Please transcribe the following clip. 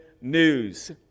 news